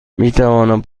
میتوانم